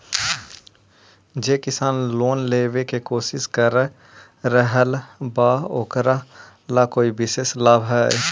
जे किसान लोन लेवे के कोशिश कर रहल बा ओकरा ला कोई विशेष लाभ हई?